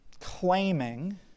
claiming